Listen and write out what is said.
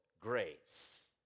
grace